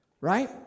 right